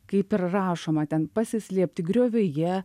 kaip ir rašoma ten pasislėpti griovyje